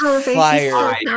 fire